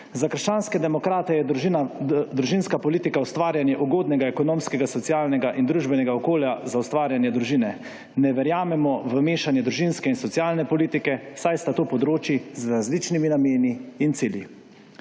Za krščanske demokrate je družinska politika ustvarjanje ugodnega ekonomskega, socialnega in družbenega okolja za ustvarjanje družine. Ne verjamemo v mešanje družinske in socialne politike, saj sta to področji z različnimi nameni in cilji.